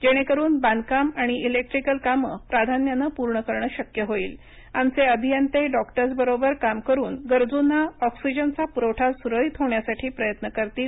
जेणेकरुन बांधकाम आणि इलेक्ट्रिकल कामं प्राधान्यानं पूर्ण करणं शक्य होईलआमचे अभियंतेडॉक्टर्स बरोबर काम करुन गरजूंना ऑक्सिजनचा प्रवठा सुरळीत होण्यासाठी प्रयत्न करतील